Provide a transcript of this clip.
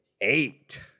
eight